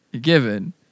given